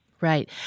Right